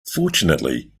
fortunately